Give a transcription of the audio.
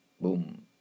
Boom